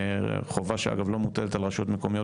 חובה שאגב לא מוטלת על רשויות מקומיות